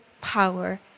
power